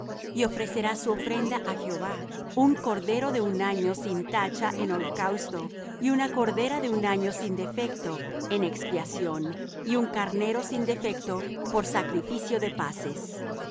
y ofrecerá su ofrenda á jehová un cordero de un año sin tacha en holocausto y una cordera de un año sin defecto en expiación y un carnero sin defecto por sacrificio de paces